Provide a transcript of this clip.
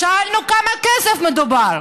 שאלנו על כמה כסף מדובר?